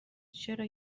چرا